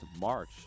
March